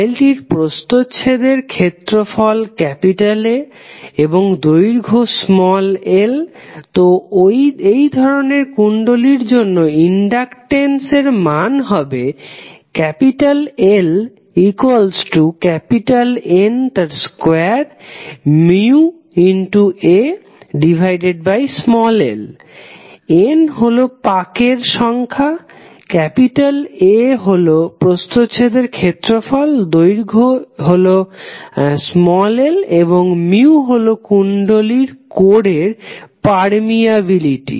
কয়েলটির প্রস্থদের ক্ষেত্রফল A এবং দৈর্ঘ্য l তো এই ধরনের কুণ্ডলীর জন্য ইনডাকটেন্সের মান হবে LN2μAl N হলো পাকের সংখ্যা A হলো প্রস্থদের ক্ষেত্রফল দৈর্ঘ্য l এবং হলো কুণ্ডলীর কোরের পারমিয়াবিলিটি